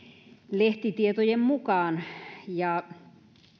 lehtitietojen mukaan